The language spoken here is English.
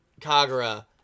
Kagura